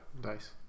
Dice